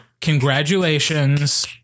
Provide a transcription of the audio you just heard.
Congratulations